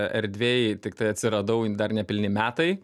erdvėj tiktai atsiradau dar ne pilni metai